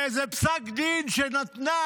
באיזה פסק דין שנתנה,